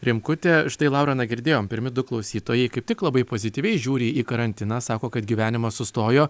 rimkutė štai laura na girdėjom pirmi du klausytojai kaip tik labai pozityviai žiūri į karantiną sako kad gyvenimas sustojo